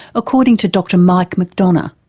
according to dr mike mcdonough?